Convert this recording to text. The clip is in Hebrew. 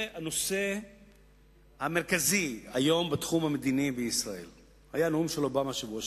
הנושא המרכזי היום בתחום המדיני בישראל היה הנאום של אובמה בשבוע שעבר.